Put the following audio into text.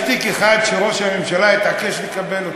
יש תיק אחד שראש הממשלה התעקש לקבל,